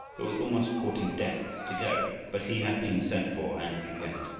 it was almost courting death to go, but he had been sent for, and he went.